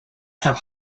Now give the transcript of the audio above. have